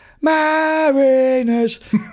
Mariners